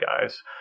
guys